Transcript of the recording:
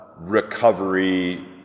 recovery